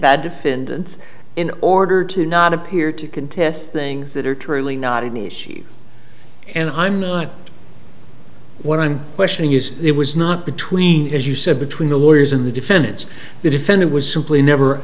bad defendants in order to not appear to contest things that are truly not an issue and i'm not what i'm questioning is it was not between as you said between the lawyers in the defendants the defendant was simply never